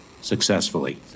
successfully